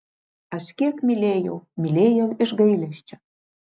aš kiek mylėjau mylėjau iš gailesčio